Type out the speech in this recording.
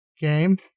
game